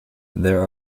there